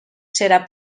serà